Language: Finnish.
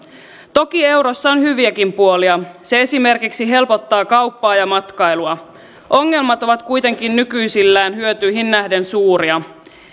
toki eurossa on hyviäkin puolia se esimerkiksi helpottaa kauppaa ja matkailua ongelmat ovat kuitenkin nykyisillään hyötyihin nähden suuria